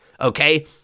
okay